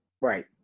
Right